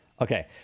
Okay